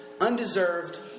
undeserved